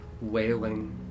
wailing